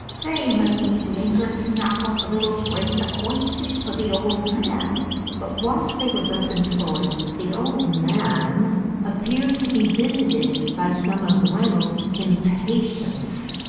they must needs linger to knock off a little freight of oysters for the old man but whilst they were thus employed the old man appeared to be visited by some of reynolds' impatience,